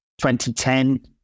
2010